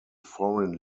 foreign